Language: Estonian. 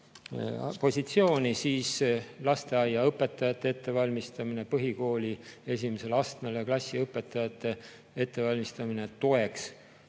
positsiooni, siis lasteaiaõpetajate ettevalmistamise, põhikooli esimesele astmele klassiõpetajate ettevalmistamise toeks